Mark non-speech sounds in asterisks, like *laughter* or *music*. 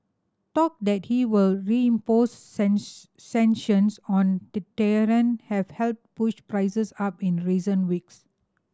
talk that he will reimpose *unintelligible* sanctions on Tehran have helped push prices up in recent weeks